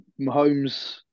Mahomes